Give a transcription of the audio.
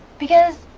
because.